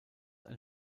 ein